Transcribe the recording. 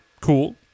Cool